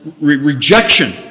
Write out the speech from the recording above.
rejection